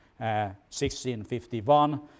1651